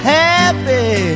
happy